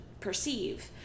perceive